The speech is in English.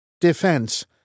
Defense